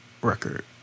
record